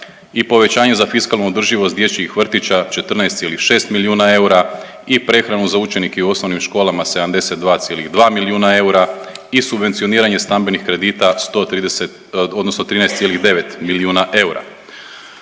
i povećanje za fiskalnu održivost dječjih vrtića 14,6 milijuna eura i prehranu za učenike u osnovnim školama 72,2 milijuna eura i subvencioniranje stambenih kredita 13,9 milijuna eura.